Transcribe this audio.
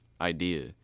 idea